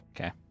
Okay